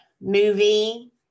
movie